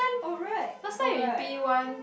alright alright